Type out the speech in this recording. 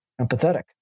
empathetic